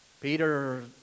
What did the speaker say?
Peter